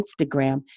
Instagram